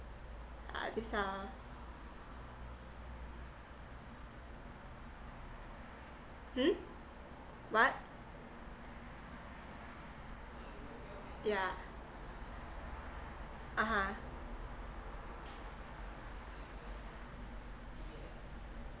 ah this are hmm what yeah (uh huh)